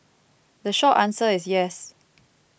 the short answer is yes